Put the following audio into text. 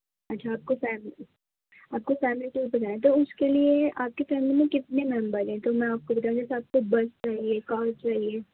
اچھا آپ کو فیم آپ کو فیملی ٹور پہ جانا ہے تو اس کے لئے آپ کی فیملی میں کتنے ممبر ہیں تو میں آپ کو بتانا چاہتی ہوں بس چاہئے کار چاہئے